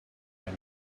when